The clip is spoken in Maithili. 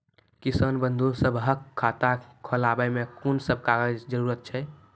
किसान बंधु सभहक खाता खोलाबै मे कून सभ कागजक जरूरत छै?